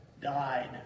died